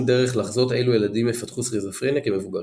דרך לחזות אילו ילדים יפתחו סכיזופרניה כמבוגרים".